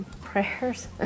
prayers